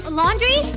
laundry